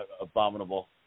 abominable